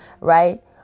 right